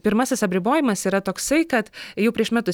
pirmasis apribojimas yra toksai kad jau prieš metus